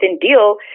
Deal